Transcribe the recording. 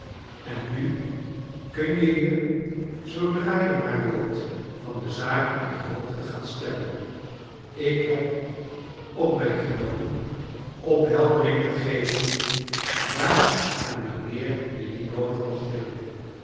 en nu kun je je zoodra je maar wilt van de zaken op de hoogte gaan stellen ik heb op mij genomen opheldering te geven daar en wanneer je die noodig mocht hebben